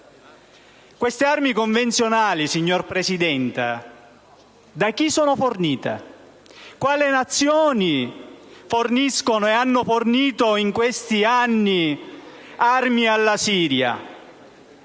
Queste armi convenzionali, signor presidente Letta, da chi sono fornite? Quali Nazioni forniscono e hanno fornito in questi anni armi alla Siria?